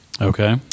Okay